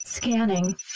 Scanning